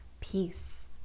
peace